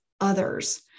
others